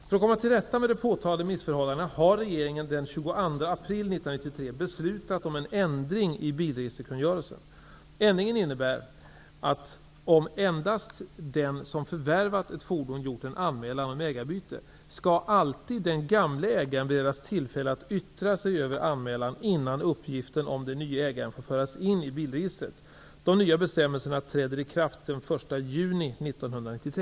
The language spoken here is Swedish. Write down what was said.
För att komma till rätta med de påtalade missförhållandena har regeringen den 22 april 1993 Ändringen innebär att om endast den som förvärvat ett fordon gjort en anmälan om ägarbyte, skall alltid den gamle ägaren beredas tillfälle att yttra sig över anmälan innan uppgiften om den nye ägaren får föras in i bilregistret. De nya bestämmelserna träder i kraft den 1 juni 1993.